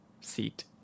seat